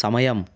సమయం